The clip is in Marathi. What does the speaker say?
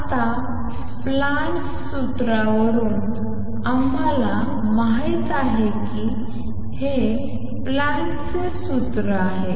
आता प्लँकच्या सूत्रावरून आम्हाला माहित आहे की uT 8πh3c3ehνkT 1 हे प्लॅंकचे सूत्र आहे